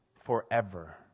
forever